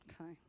Okay